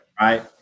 Right